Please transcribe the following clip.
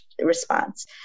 response